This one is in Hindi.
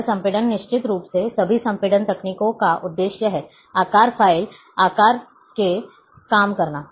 यह संपीड़न निश्चित रूप से सभी संपीड़न तकनीकों का उद्देश्य है आकार फ़ाइल आकार को कम करना